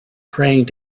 praying